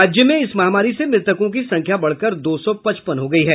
राज्य में इस महामारी से मृतकों की संख्या बढ़कर दो सौ पचपन हो गयी है